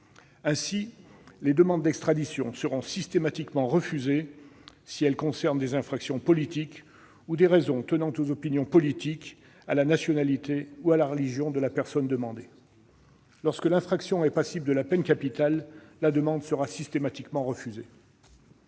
Ainsi, les demandes d'extradition seront systématiquement refusées si elles concernent des infractions politiques ou des raisons tenant aux opinions politiques, à la nationalité ou à la religion de la personne demandée. Lorsque l'infraction est passible de la peine capitale, la demande sera systématiquement refusée.